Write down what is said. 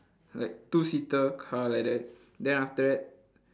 like two seater car like that then after that